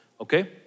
Okay